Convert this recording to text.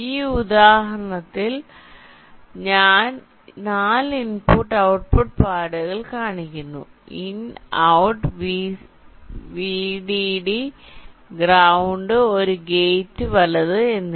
ഈ ഉദാഹരണത്തിൽ ഞാൻ ഞാൻ 4 ഇന്പുട് ഔട്ട്പുട്ട് പാടുകൾ കാണിക്കുന്നു ഇൻഔട്ട് വിഡിഡി ഗ്രൌണ്ട് ഒരു ഗേറ്റ് വലത് എന്നിവ